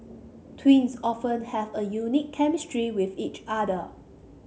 twins often have a unique chemistry with each other